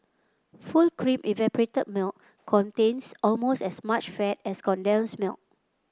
full cream evaporated milk contains almost as much fat as condensed milk